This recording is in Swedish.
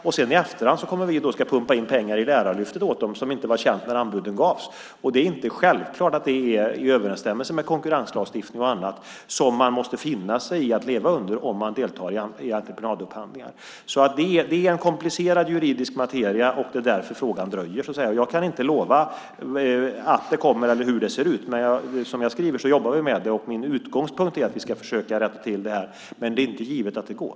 Om vi då i efterhand pumpar in pengar i detta i form av Lärarlyftet, som inte var känt när anbuden lämnades in, är det inte självklart att det är i överensstämmelse med konkurrenslagstiftning och annat som gäller för entreprenadupphandlingar. Det är alltså en komplicerad juridisk materia, och det är därför ärendet dröjer. Jag kan inte lova att det kommer eller hur det kommer att se ut, men som jag säger jobbar vi med det. Min utgångspunkt är att vi ska försöka rätta till detta. Men det är inte givet att det går.